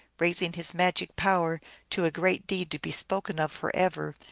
raising his magic power to a great deed to be spoken of forever,